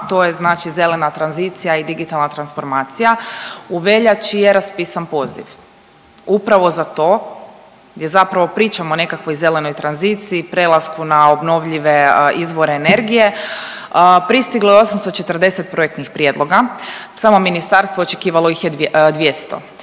to je znači zelena tranzicija i digitalna transformacija. U veljači je raspisan poziv upravo za to gdje zapravo pričamo o nekakvoj zelenoj tranziciji, prelasku na obnovljive izvore energije, pristiglo je 840 projektnih prijedloga, samo ministarstvo očekivalo ih je 200.